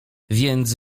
więc